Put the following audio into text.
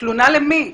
תלונה למי?